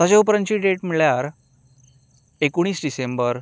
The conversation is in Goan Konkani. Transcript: ताज्या उपरांतची डेट म्हणल्यार एकोणीस डिसेंबर